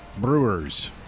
Brewers